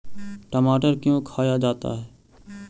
टमाटर क्यों खाया जाता है?